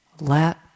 Let